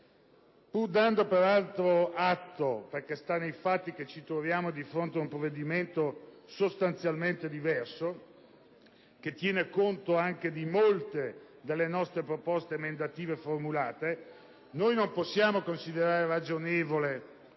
Pur dando peraltro atto - perché è nei fatti - che ci troviamo di fronte ad un provvedimento sostanzialmente diverso, che tiene conto anche di molte delle proposte emendative da noi formulate, non possiamo considerare ragionevole